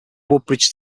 woodbridge